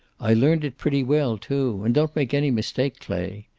i learned it pretty well, too. and don't make any mistake, clay.